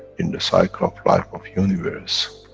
in the cycle of life of universe,